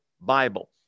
Bible